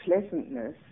pleasantness